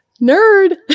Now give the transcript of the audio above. Nerd